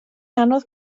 anodd